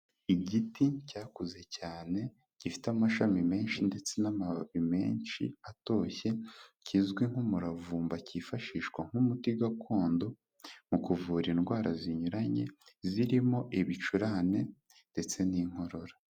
Igiti cyakuze cyane, gifite amashami menshi ndetse n'amababi menshi atoshye, kizwi nk'umuravumba cyifashishwa nk'umuti gakondo, mu kuvura indwara zinyuranye, zirimo: ibicurane ndetse n'inkorora.